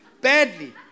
badly